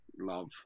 love